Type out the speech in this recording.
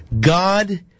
God